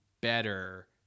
better